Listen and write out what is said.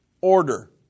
Order